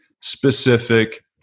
specific